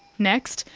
next,